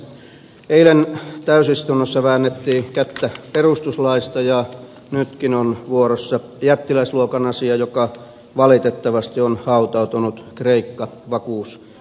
eilen täysistunnossa väännettiin kättä perustuslaista ja nytkin on vuorossa jättiläisluokan asia joka valitettavasti on hautautunut kreikka vakuuskeskustelun alle